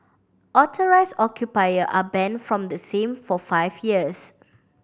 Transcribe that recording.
authorised occupier are banned from the same for five years